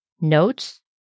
notes